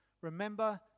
Remember